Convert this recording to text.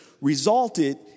resulted